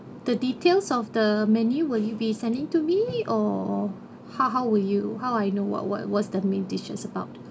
the details of the menu will you be sending to me or how how will you how I know what what what's the main dishes about